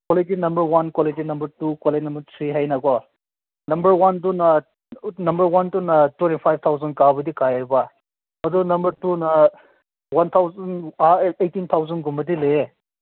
quality number one quality number two quality number three ꯍꯥꯏꯅꯀꯣ number ꯋꯥꯟꯗꯨꯅ number ꯋꯥꯟꯗꯨꯅ twenty five thousand ꯀꯥꯕꯨꯗꯤ ꯀꯥꯌꯦꯕ ꯑꯗꯨ ꯅꯝꯕꯔ ꯇꯨꯅ ꯋꯥꯟ ꯊꯥꯎꯖꯟ ꯑꯩꯠꯇꯤꯟ ꯊꯥꯎꯖꯟꯒꯨꯝꯕꯗꯤ ꯂꯩꯌꯦ